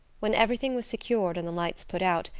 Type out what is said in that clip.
when everything was secured and the lights put out,